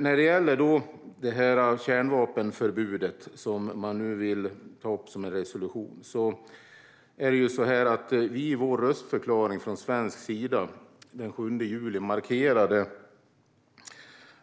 När det gäller det kärnvapenförbud som man vill ta upp som en resolution markerade Sverige i sin röstförklaring den 7 juli